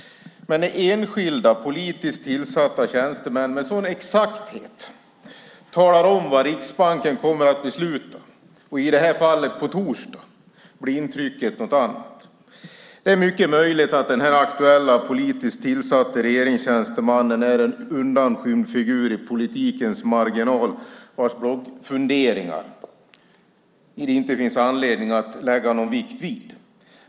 Men när enskilda politiskt tillsatta tjänstemän med sådan exakthet talar om vad Riksbanken kommer att besluta, i det här fallet "på torsdag", blir intrycket något annat. Det är mycket möjligt att den aktuelle politiskt tillsatte regeringstjänstemannen är en undanskymd figur i politikens marginal, vid vars bloggfunderingar det inte finns anledning att fästa någon vikt.